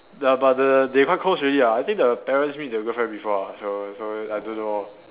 ya but the they quite close already ah I think the parents meet the girlfriend before ah so so I don't know